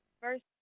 first